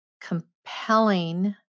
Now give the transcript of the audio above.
compelling